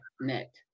net